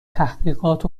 تحقیقات